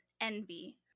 envy